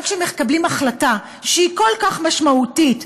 גם כשמקבלים החלטה שהיא כל כך משמעותית,